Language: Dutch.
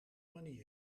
manier